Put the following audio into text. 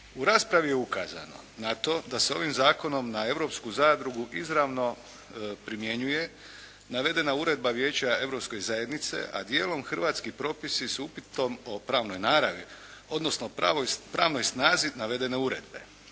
U raspravi je ukazano na to da se ovim zakonom na europsku zadrugu izravno primjenjuje navedena uredba Vijeća Europske zajednice, a dijelom hrvatski propisi s upitom o pravnoj naravi odnosno pravnoj snazi navedene uredbe.